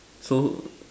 so